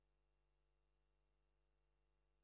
במיעוט אכיפה, וככל